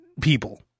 people